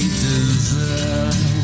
deserve